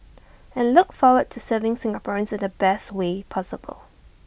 and look forward to serving Singaporeans in the best way possible